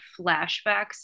flashbacks